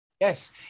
yes